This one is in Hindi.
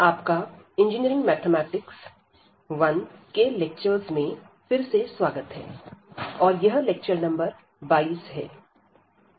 आपका इंजीनियरिंग मैथमेटिक्स 1 के लेक्चरस में फिर से स्वागत है और यह लेक्चर नंबर 22 है